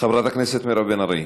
חברת הכנסת מירב בן ארי,